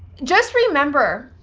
just remember,